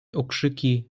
okrzyki